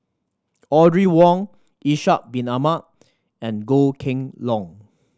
Audrey Wong Ishak Bin Ahmad and Goh Kheng Long